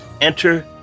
Enter